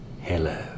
Hello